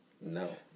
No